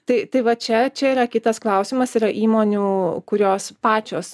tai tai va čia čia yra kitas klausimas yra įmonių kurios pačios